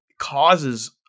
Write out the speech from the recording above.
causes